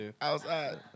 outside